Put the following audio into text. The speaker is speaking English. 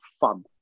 fun